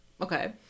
okay